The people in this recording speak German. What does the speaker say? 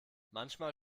manchmal